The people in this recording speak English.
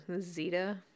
Zeta